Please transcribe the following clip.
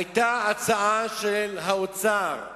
היתה הצעה של האוצר,